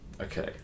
Okay